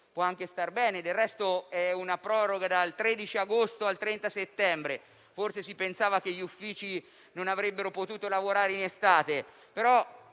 può anche star bene; del resto, è una proroga dal 13 agosto al 30 settembre (forse si pensava che gli uffici non avrebbero potuto lavorare in estate).